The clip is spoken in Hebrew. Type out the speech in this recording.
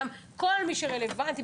וכל מי שרלבנטי,